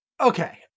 okay